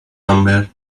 number